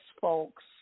folks